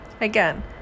Again